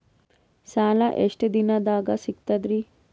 ಸಾಲಾ ಎಷ್ಟ ದಿಂನದಾಗ ಸಿಗ್ತದ್ರಿ?